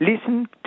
Listen